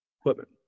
equipment